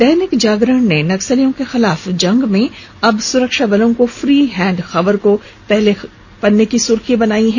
दैनिक जागरण ने नक्सलियों के खिलाफ जंग में अब सुरक्षा बलों को फ्री हैंड खबर को पहले पन्ने पर जगह दी है